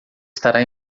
estará